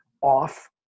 off